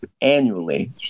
annually